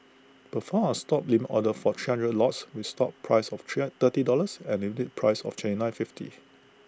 perform A stop limit order for three hundred lots with stop price of thirty dollars and limit price of twenty nine fifty